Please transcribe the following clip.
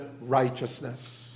righteousness